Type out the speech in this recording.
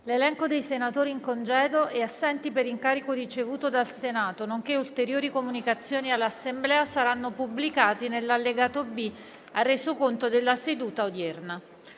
L'elenco dei senatori in congedo e assenti per incarico ricevuto dal Senato, nonché ulteriori comunicazioni all'Assemblea saranno pubblicati nell'allegato B al Resoconto della seduta odierna.